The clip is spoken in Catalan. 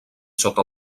sota